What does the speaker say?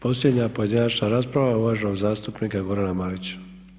Posljednja pojedinačna rasprava uvaženog zastupnika Gorana Marića.